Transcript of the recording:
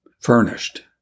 furnished